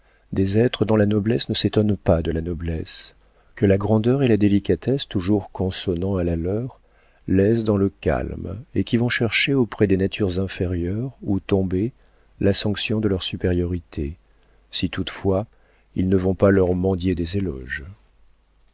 des êtres dont la noblesse ne s'étonne pas de la noblesse que la grandeur et la délicatesse toujours consonnant à la leur laissent dans le calme et qui vont chercher auprès des natures inférieures ou tombées la sanction de leur supériorité si toutefois ils ne vont pas leur mendier des éloges